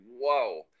whoa